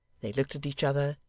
they looked at each other,